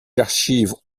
archives